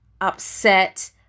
upset